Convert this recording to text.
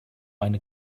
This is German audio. eine